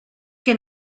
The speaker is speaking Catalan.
que